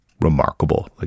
remarkable